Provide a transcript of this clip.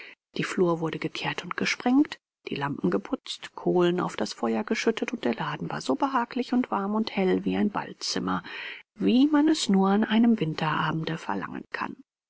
die flur wurde gekehrt und gesprengt die lampen geputzt kohlen auf das feuer geschüttet und der laden war so behaglich und warm und hell wie ein ballzimmer wie man es nur an einem winterabende verlangen kann